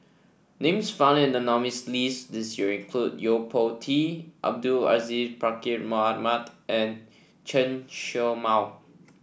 names found in the nominees' list this year include Yo Po Tee Abdul Aziz Pakkeer Mohamed and Chen Show Mao